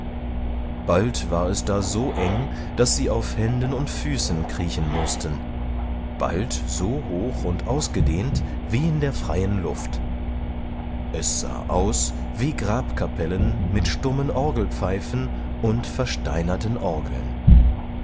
bald war es da so eng daß sie auf händen und füßen kriechen mußten bald so hoch und ausgedehnt wie in der freien luft es sah aus wie grabkapellen mit stummen orgelpfeifen und versteinerten orgeln